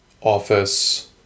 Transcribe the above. office